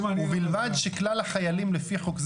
בוקר טוב לכולם, אנחנו ממשיכים את הדיון מאתמול.